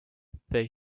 they